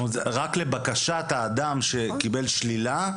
זאת אומרת זה רק לבקשת האדם שקיבל שלילה,